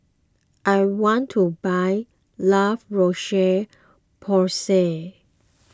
I want to buy La Roche Porsay